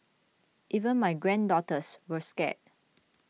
even my granddaughters were scared